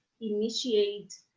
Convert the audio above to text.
initiate